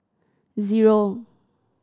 zero